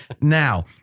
Now